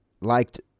liked